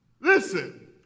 Listen